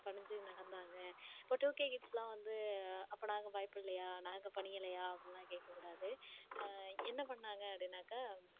பணிஞ்சு நடந்தாங்க இப்போது டூகே கிட்ஸ்லாம் வந்து அப்போ நாங்கள் பயப்படலயா நாங்கள் பணியலையா அப்படிலாம் கேட்கக்கூடாது என்ன பண்ணாங்க அப்படின்னாக்க